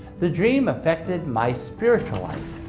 the dream affected my spiritual life,